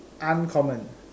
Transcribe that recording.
uncommon